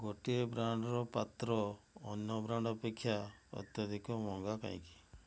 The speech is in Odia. ଗୋଟିଏ ବ୍ରାଣ୍ଡ୍ର ପାତ୍ର ଅନ୍ୟ ବ୍ରାଣ୍ଡ୍ ଅପେକ୍ଷା ଅତ୍ୟଧିକ ମହଙ୍ଗା କାହିଁକି